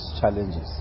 challenges